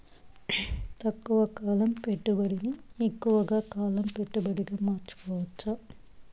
తక్కువ కాలం పెట్టుబడిని ఎక్కువగా కాలం పెట్టుబడిగా మార్చుకోవచ్చా?